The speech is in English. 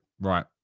Right